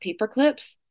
paperclips